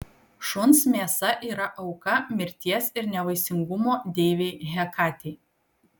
šuns mėsa yra auka mirties ir nevaisingumo deivei hekatei